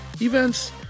events